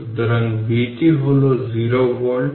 সুতরাং vt হল 0 volt